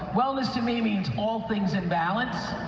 wellness to me means all things in balance.